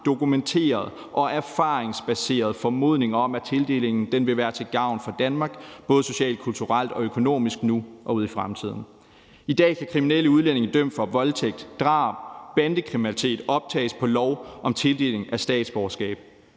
dokumenteret og erfaringsbaseret formodning om, at tildelingen vil være til gavn for Danmark, både socialt, kulturelt og økonomisk nu og ude i fremtiden. I dag kan kriminelle udlændinge, der er dømt for voldtægt, drab, bandekriminalitet, optages på lov om tildeling af statsborgerskab,